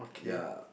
ya